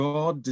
God